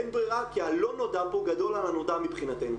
אין ברירה, כי הלא נודע גדול על הנודע מבחינתנו.